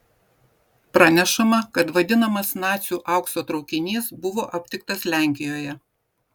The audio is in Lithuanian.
pranešama kad vadinamas nacių aukso traukinys buvo aptiktas lenkijoje